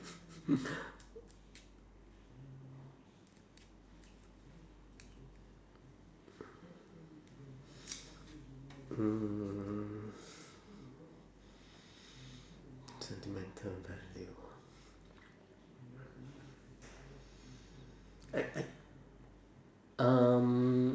mm sentimental value ah I I um